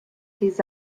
his